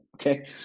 okay